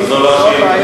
זו לא השאילתא.